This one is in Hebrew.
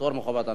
פטור מחובת הנחה?